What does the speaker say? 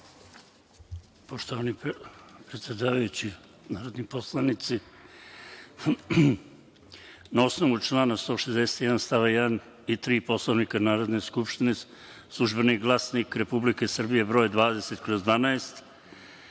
Poštovani predsedavajući, narodni poslanici, na osnovu člana 161. stava 1. i 3. Poslovnika Narodne skupštine, „Službeni glasnik Republike Srbije“ broj 20/12,